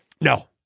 no